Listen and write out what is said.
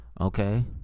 okay